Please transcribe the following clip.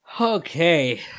okay